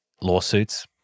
lawsuits